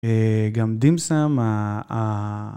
גם דים סאם